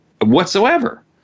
whatsoever